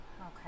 okay